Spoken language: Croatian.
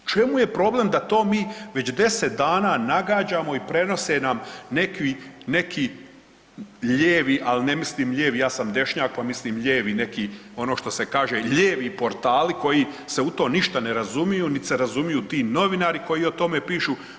U čemu je problem da to mi već 10 dana nagađamo i prenose nam neki lijevi, ali ne mislim lijevi, ja sam dešnjak pa mislim lijevi neki ono što se kaže lijevi portali koji se u to ništa ne razumiju, niti se razumiju ti novinari koji o tome pišu.